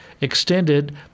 extended